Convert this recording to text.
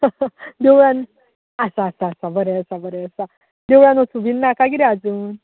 देवळान आसा आसा आसा बरें आसा बरें आसा देवळान वचूं बी ना का कितें आजून